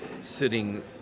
sitting